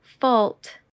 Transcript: fault